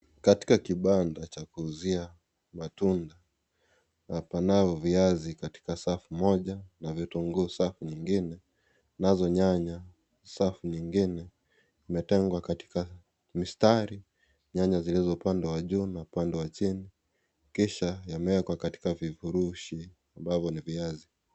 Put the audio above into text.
Katika kibanda cha kuuzia matunda na panao viazi katika safu moja, na vitunguu safu nyingine, nazo nyanya safu nyingine imetengwa katika mistari. Nyanya zilizo upande wa juu na upande wa chini kisha yamewekwa katika vifurushi ambavyo ni viazi.